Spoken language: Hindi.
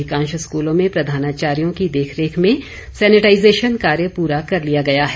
अधिकांश स्कूलों में प्रधानाचार्यो की देख रेख में सेनेटाईजेशन कार्य पूरा कर लिया गया है